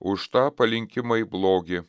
už tą palinkimą į blogį